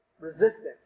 resistance